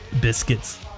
biscuits